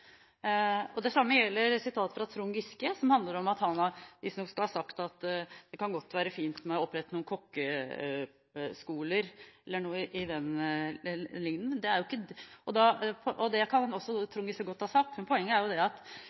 skole. Det samme gjelder et sitat fra Trond Giske. Han skal liksom ha sagt at det kan være fint å opprette noen kokkeskoler, eller noe i den duren. Det kan Trond Giske godt ha sagt, men poenget er at det er ikke det vi snakker om. Om man skal opprette noen kokkeplasser her eller noen realfagsplasser der, utgjør ikke noe problem i seg selv – heller ikke at